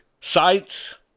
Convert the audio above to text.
sites